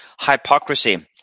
hypocrisy